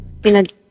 pinag